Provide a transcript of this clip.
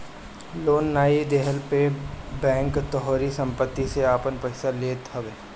loan नाइ देहला पे बैंक तोहारी सम्पत्ति से आपन पईसा लेत हवे